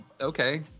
okay